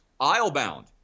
Islebound